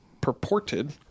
purported